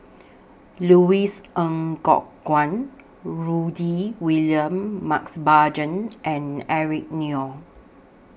Louis Ng Kok Kwang Rudy William Mosbergen and Eric Neo